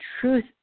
truth